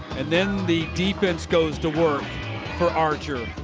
and then the defense goes to work for archer.